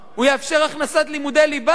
הוא יאפשר הכנסת לימודי ליבה?